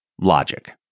logic